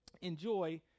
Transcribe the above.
enjoy